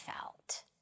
felt